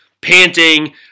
panting